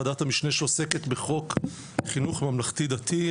ועדת המשנה שעוסקת בחוק חינוך ממלכתי דתי,